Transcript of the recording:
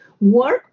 work